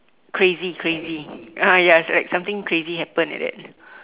crazy crazy ah yes like something crazy happen like that